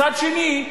מצד שני,